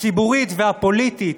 הציבורית והפוליטית